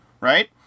Right